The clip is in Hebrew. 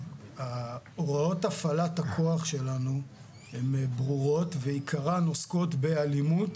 הוראות הפעלת הכוח שלנו ברורות ועיקרן עוסקות באלימות